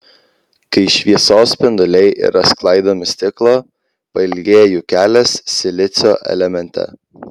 kai šviesos spinduliai yra sklaidomi stiklo pailgėja jų kelias silicio elemente